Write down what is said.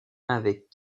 avec